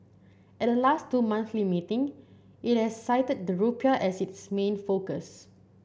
at the last two monthly meeting it has cited the rupiah as its main focus